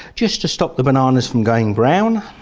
just to stop the bananas from going brown.